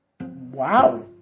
wow